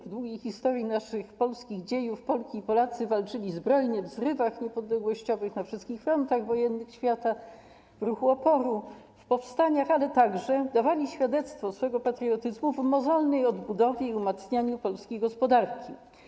W długiej historii naszych polskich dziejów Polki i Polacy walczyli zbrojnie w zrywach niepodległościowych, na wszystkich frontach wojennych świata, w ruchach oporu, w powstaniach, ale także dawali świadectwo swojego patriotyzmu w mozolnej odbudowie i umacnianiu polskiej gospodarki.